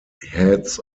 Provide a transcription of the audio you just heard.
heads